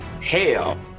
Hell